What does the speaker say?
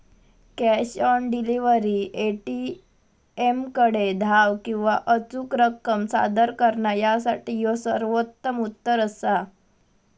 cash on delivery, ए.टी.एमकडे धाव किंवा अचूक रक्कम सादर करणा यासाठी ह्यो सर्वोत्तम उत्तर असा